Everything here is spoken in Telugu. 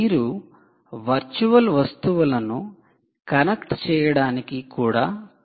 మీరు వర్చువల్ వస్తువులను కనెక్ట్ చేయడానికి కూడా ప్రయత్నించవచ్చు